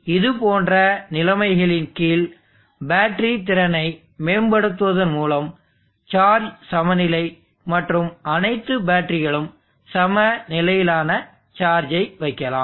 எனவே இதுபோன்ற நிலைமைகளின் கீழ் பேட்டரி திறனை மேம்படுத்துவதன் மூலம் சார்ஜ் சமநிலை மற்றும் அனைத்து பேட்டரிகளுக்கும் சம நிலையிலான சார்ஜை வைக்கலாம்